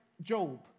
Job